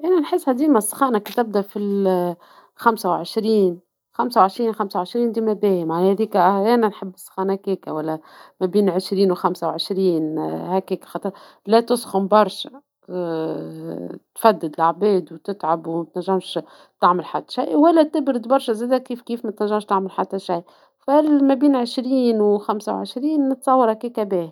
ايه نحسها ديما السخانة كي تبدى فاخمسة وعشرين ، خمسة وعشرين ديما باهية ، أنا نحب السخانة هكاكا مابين عشرين وخمسة وعشرين ، هكاكا خاطر لا تسخن برشا فدك العباد وتتعب ومتنجمش تعمل حتى شي ، ولا تبرد برشا زادة كيف متنجمش تعمل حتى شي ، مابين عشرين وخمسة وعشرين نتصور هكاكا باهية